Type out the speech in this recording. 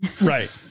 Right